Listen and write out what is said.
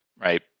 right